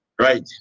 right